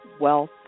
wealth